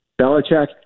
Belichick